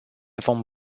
vom